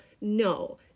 no